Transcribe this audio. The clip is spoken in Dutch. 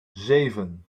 zeven